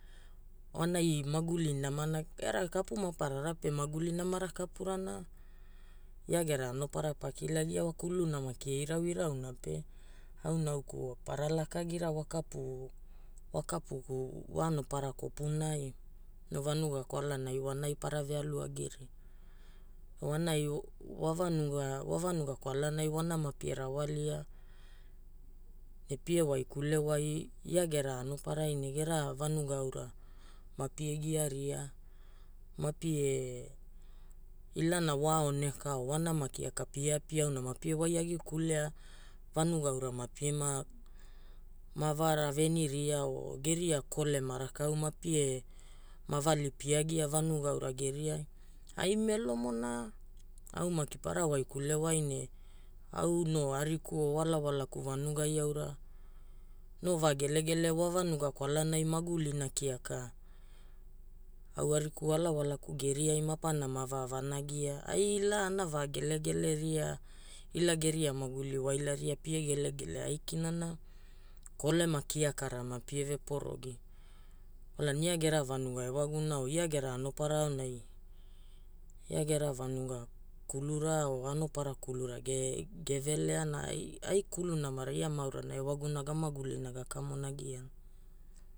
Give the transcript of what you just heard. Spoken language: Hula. Wanai maguli namana, era kapu maparara pe maguli namana kapurana, ia gera anopara pa kilagia wa. Kuluna maki e irauirauna pe au nauku para lakira wa kapu, wa kapu wa anopara kopunai. Ne vanuga kwalani wanai para ve alu agiria. Wanai, wa vanuga kwalanai wa nama pie rawalia ne pie waikul wai ia gera anoparai gera vanuga aura mapie giaria, mapie ilana wa aoneka, wa nama kiaka pie apia auna mapie wai agi kulea vanuga aura mapie ma vara veniria o geria kolema rakau mapie ma vali pia gia vanuga aura geriai. Ai melomo na au maki para waikule wai ne au no ariku o walawakaku vanugai aura, no va gelegele, wa vanuga kwalanai magulina kiaka au ariku walawalaku geriai ma pana ma va vanagia. Ai ila ana va gelegeleria ila geria maguli wailaria pia gelegele aikina na kolema kiakara mapie ve porogi. Kwalana ia gera vanuga ewaguna wa, ia gera anopara aonai ia gera vanuga kulura o anopara kulura ge veleana, Ai kulu namara ia ma aurana ewaguna ga magulina ga kamonagiana.